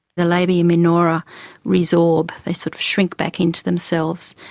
the labia minora resorb, they sort of shrink back into themselves.